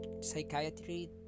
psychiatry